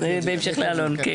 טוב.